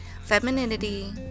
femininity